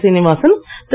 Srinivasan Thiru